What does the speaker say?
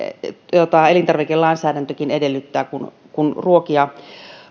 jota elintarvikelainsäädäntökin edellyttää kun kun ruokia